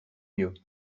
mieux